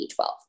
B12